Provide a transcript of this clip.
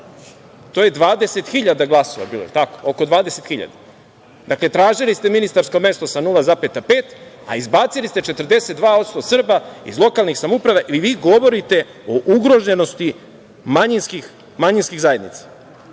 To je 20.000 glasova, oko 20.000. Dakle, tražili ste ministarsko mesto sa 0,5, a izbacili ste 42% Srba iz lokalne samouprave i vi govorite o ugroženosti manjinskih zajednica. Ponavljam